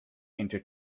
into